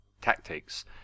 tactics